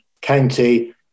county